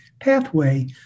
pathway